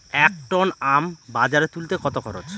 এক টন আম বাজারে তুলতে কত খরচ?